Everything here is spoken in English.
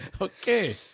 okay